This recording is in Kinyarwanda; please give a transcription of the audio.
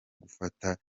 gufata